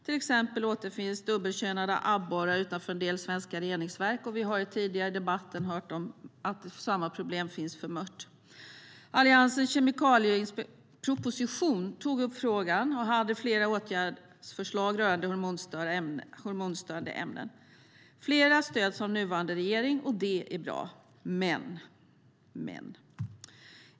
Till exempel återfinns dubbelkönade abborrar utanför en del svenska reningsverk, och vi har tidigare i debatten hört att samma problem finns för mört. Alliansens kemikalieproposition tog upp frågan och hade flera åtgärdsförslag rörande hormonstörande ämnen. Flera stöds av nuvarande regering. Det är bra - men.